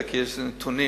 כי יש לי נתונים,